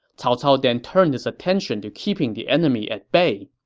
cao cao then turned his attention to keeping the enemy at bay.